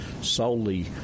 solely